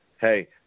hey